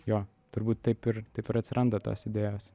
jo turbūt taip ir taip atsiranda tos idėjos